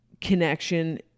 connection